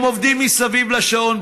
הם עובדים מסביב לשעון,